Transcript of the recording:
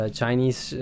Chinese